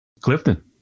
Clifton